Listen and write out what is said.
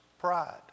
pride